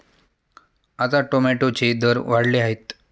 आता टोमॅटोचे दर वाढले आहेत